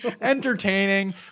Entertaining